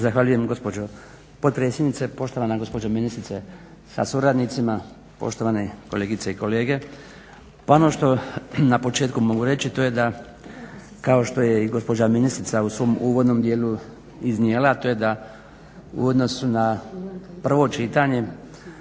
Zahvaljujem gospođo potpredsjednice, poštovana gospođo ministrice sa suradnicima, poštovane kolegice i kolege. Pa ono što na početku mogu reći to je da kao što je i gospođa ministrica u svom uvodnom dijelu iznijela, a to je da u odnosu na prvo čitanje